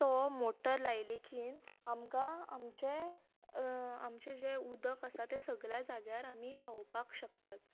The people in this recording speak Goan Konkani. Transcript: तो मोटर लायले की आमकां आमचे आमचे जे उदक आसा तें सगल्या जाग्यार आमी पावोवपाक शकतात